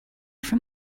from